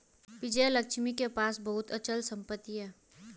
विजयलक्ष्मी के पास बहुत अचल संपत्ति है